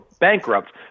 bankrupt